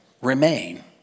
remain